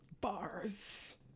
Bars